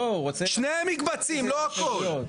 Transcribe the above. שני מקבצים, לא הכול.